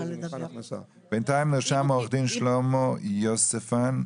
בינתיים נרשם עורך דין שלמה יוספסון,